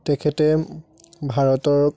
তেখেতে ভাৰতক